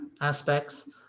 aspects